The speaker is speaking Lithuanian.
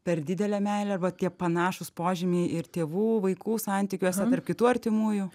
per didelė meilė arba tie panašūs požymiai ir tėvų vaikų santykiuose tarp kitų artimųjų